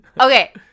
Okay